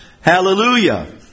Hallelujah